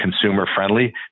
consumer-friendly